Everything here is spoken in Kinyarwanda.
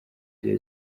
gihe